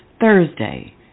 Thursday